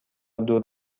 دور